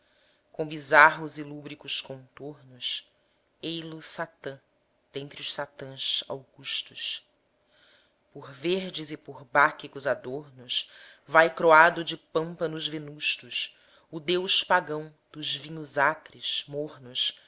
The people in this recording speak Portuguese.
com bizarros e lúbricos contornos ei-lo satã dentre os satãs augustos por verdes e por báquicos adornos vai c'roado de pâmpanos venustos o deus pagão dos vinhos acres mornos